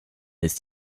ist